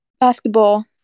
Basketball